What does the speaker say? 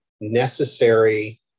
necessary